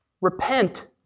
Repent